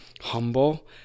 humble